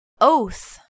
Oath